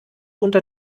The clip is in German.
unter